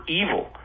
evil